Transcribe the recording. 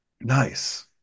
nice